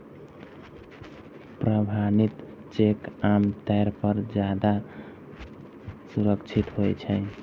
प्रमाणित चेक आम तौर पर ज्यादा सुरक्षित होइ छै